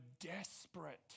desperate